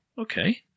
okay